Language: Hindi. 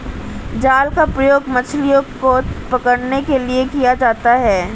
जाल का प्रयोग मछलियो को पकड़ने के लिये किया जाता है